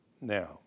Now